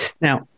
now